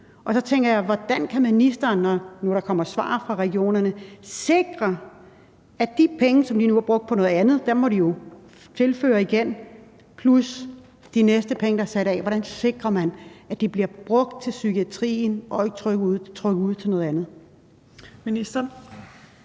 Og så tænker jeg: Hvordan kan ministeren, når der kommer svar fra regionerne, sikre, at de penge, der er sat af – og de penge, de nu har brugt på noget andet, må de tilføre igen – plus de næste penge bliver brugt til psykiatrien og ikke trukket ud til noget andet?